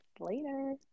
later